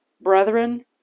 brethren